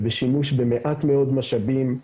ובשימוש במעט מאוד משאבים,